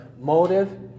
motive